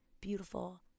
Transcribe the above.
beautiful